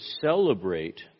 celebrate